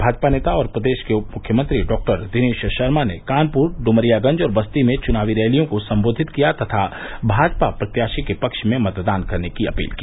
भाजपा नेता और प्रदेश के उप मुख्यमंत्री डॉक्टर दिनेश शर्मा ने कानपुर डुमरियागंज और बस्ती में चुनावी रैलियों को सम्बोधित किया तथा भाजपा प्रत्याशी के पक्ष में मतदान करने की अपील की